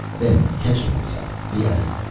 then, catching himself, he added,